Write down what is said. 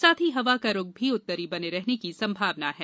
साथ ही हवा का रुख भी उत्तरी बने रहने की संभावना है